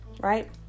Right